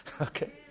Okay